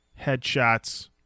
headshots